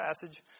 passage